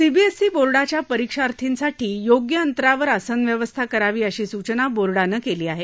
CBSE बोर्डाच्या परीक्षार्थींसाठी योग्य अंतरावर आसन व्यवस्था करावी अशी सूचना बोर्डानं केली आहे